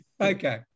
okay